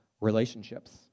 relationships